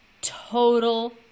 Total